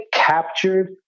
Captured